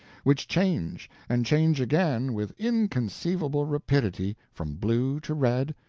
which change and change again with inconceivable rapidity from blue to red,